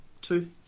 Two